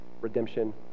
redemption